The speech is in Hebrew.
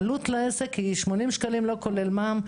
העלות לעסק היא 80 ₪ לא כולל מע"מ,